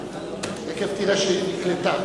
אי-אמון בממשלה לא נתקבלה.